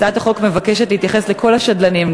הצעת החוק מבקשת להתייחס לכל השדלנים,